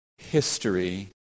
history